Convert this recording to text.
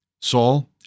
Saul